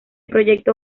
proyecto